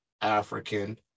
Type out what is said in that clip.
African